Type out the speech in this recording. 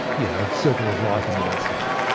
you know, circle of life and all that stuff.